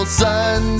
sun